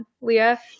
Leah